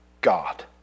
God